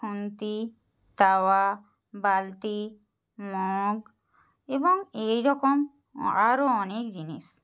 খুন্তি তাওয়া বালতি মগ এবং এই রকম আরও অনেক জিনিস